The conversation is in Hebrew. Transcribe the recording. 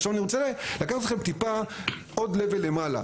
עכשיו אני רוצה לקחת אתכם טיפה עוד level למעלה.